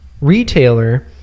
retailer